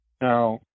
Now